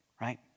Right